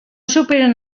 superen